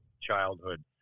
childhood